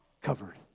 covered